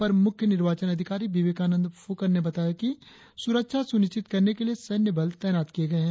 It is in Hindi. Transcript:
अपर मुख्य निर्वाचन अधिकारी विवेकानंद फूकन ने कहा है कि सुरक्षा सुनिश्चित करने के लिए सैन्य बल तैनात किए गए हैं